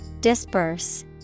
Disperse